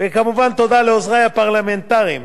וכמובן תודה לעוזרי הפרלמנטריים,